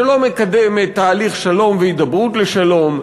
שלא מקדמת תהליך שלום והידברות לשלום,